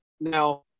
Now